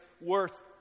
worth